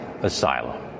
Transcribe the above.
asylum